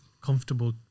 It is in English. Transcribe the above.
comfortable